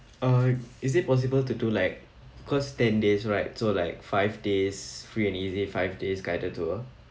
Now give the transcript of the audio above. uh is it possible to do like cause ten days right so like five days free and easy five days guided tour